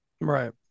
Right